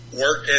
work